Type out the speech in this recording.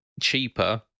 cheaper